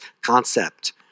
concept